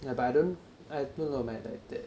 yeah but I don't I look a lot like my dad